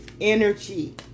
energy